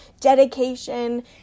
dedication